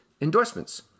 endorsements